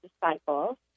disciples